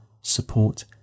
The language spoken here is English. support